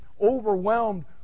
overwhelmed